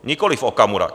Nikoliv Okamura.